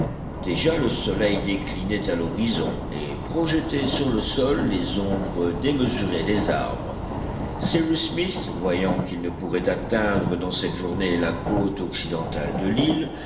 déjà le soleil déclinait à l'horizon et projetait sur le sol les ombres démesurées des arbres cyrus smith voyant qu'il ne pourrait atteindre dans cette journée la côte occidentale de l'île